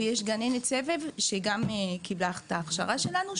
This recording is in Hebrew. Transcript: ויש גננת סבב שגם היא קיבלה את ההכשרה שלנו,